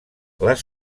les